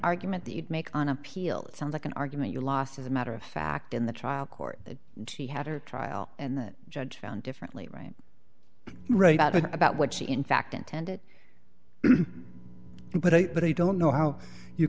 argument that you'd make on appeal it sounds like an argument you lost as a matter of fact in the trial court that she had a trial and that judge found differently right right out and about what she in fact intended but i don't know how you